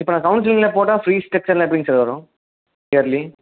இப்போ நான் கவுன்சிலிங்கில் போட்டால் ஃபீஸ் ஸ்டெகச்ஷரெல்லாம் எப்படிங்க சார் வரும் இயர்லி